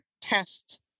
test